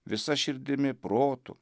visa širdimi protu